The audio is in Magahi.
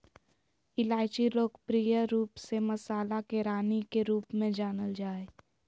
इलायची लोकप्रिय रूप से मसाला के रानी के रूप में जानल जा हइ